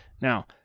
Now